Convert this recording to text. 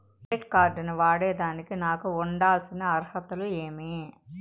Credit card ను వాడేదానికి నాకు ఉండాల్సిన అర్హతలు ఏమి?